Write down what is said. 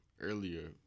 earlier